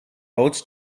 boats